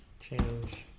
change